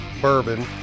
Bourbon